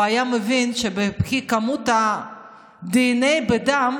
הוא היה מבין שלפי כמות הדנ"א בדם,